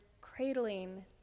cradling